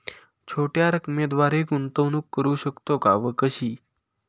छोट्या रकमेद्वारे गुंतवणूक करू शकतो का व कशी?